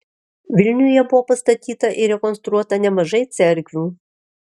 vilniuje buvo pastatyta ir rekonstruota nemažai cerkvių